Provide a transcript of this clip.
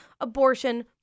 abortion